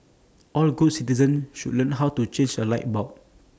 all good citizens should learn how to change A light bulb